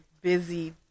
busy